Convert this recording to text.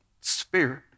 spirit